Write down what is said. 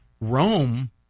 Rome